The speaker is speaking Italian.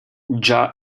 già